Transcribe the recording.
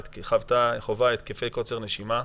והיא חווה התקפי קוצר נשימה.